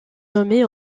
nommée